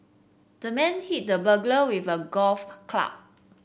the man hit the burglar with a golf club